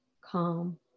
calm